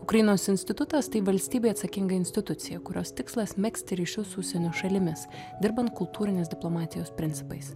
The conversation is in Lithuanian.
ukrainos institutas tai valstybei atsakinga institucija kurios tikslas megzti ryšius užsienio šalimis dirbant kultūrinės diplomatijos principais